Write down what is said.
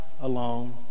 alone